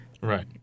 right